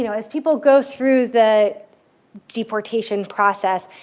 you know as people go through the deportation process,